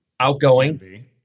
Outgoing